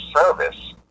service